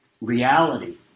reality